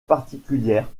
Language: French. particulière